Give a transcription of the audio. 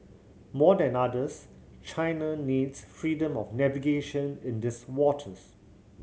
more than others China needs freedom of navigation in these waters